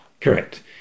correct